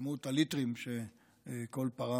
הליטרים שכל פרה